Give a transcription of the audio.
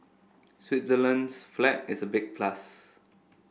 Switzerland's flag is a big plus